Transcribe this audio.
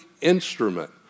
instrument